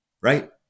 right